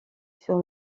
sur